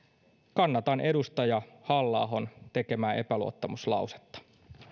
kannatan edustaja halla ahon tekemää epäluottamuslausetta